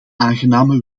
aangename